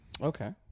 okay